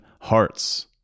hearts